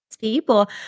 people